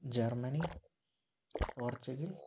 Germany Portugal